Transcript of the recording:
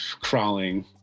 crawling